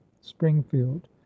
Springfield